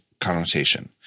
connotation